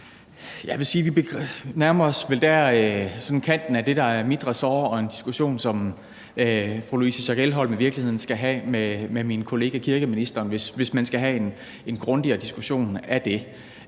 Jeg vil sige, at vi vel nærmer os kanten af det, der er mit ressort, og en diskussion, som fru Louise Schack Elholm i virkeligheden skal have med min kollega kirkeministeren, hvis man skal have en grundigere diskussion af det.